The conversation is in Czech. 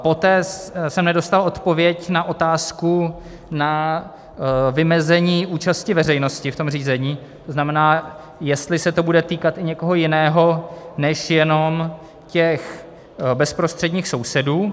Poté jsem nedostal odpověď na otázku na vymezení účasti veřejnosti v řízení, to znamená, jestli se to bude týkat i někoho jiného než jenom těch bezprostředních sousedů.